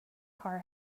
car